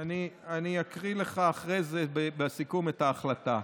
אני אקריא לך אחר כך, בסיכום, את ההחלטה.